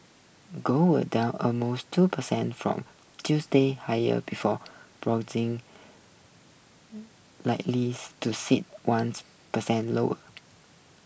gold would down almost two percent from Tuesday's higher before lightly to sit one percent lower